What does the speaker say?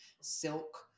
silk